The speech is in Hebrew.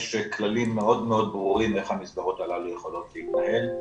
יש כללים מאוד ברורים איך המסגרות הללו יכולות להתנהל,